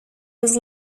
was